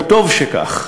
וטוב שכך,